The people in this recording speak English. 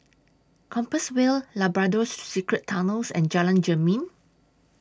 Compassvale Labrador Secret Tunnels and Jalan Jermin